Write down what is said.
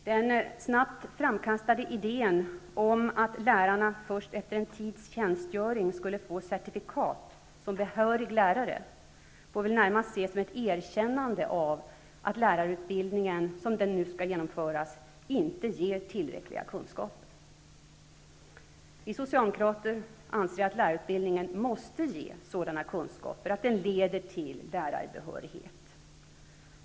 Den snabbt framkastade idén om att lärarna först efter en tids tjänstgöring skulle få certifikat som behörig lärare får väl närmast ses som ett erkännande av att lärarutbildningen, som den nu skall genomföras, inte kommer att ge tillräckliga kunskaper. Vi socialdemokrater anser att lärarutbildningen måste ge sådana kunskaper att den leder till lärarbehörighet.